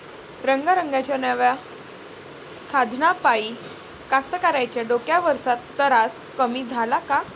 रंगारंगाच्या नव्या साधनाइपाई कास्तकाराइच्या डोक्यावरचा तरास कमी झाला का?